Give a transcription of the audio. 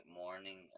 morning